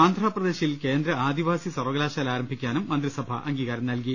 ആന്ധ്രപ്രദേശിൽ കേന്ദ്ര ആദിവാസി സർവകലാശാല ആരംഭിക്കാനും മന്ത്രിസഭ അംഗീകാരം നൽകി